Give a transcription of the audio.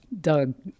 Doug